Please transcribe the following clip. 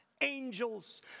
angels